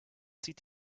zieht